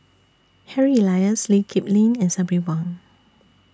Harry Elias Lee Kip Lin and Sabri Buang